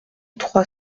trois